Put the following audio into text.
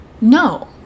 no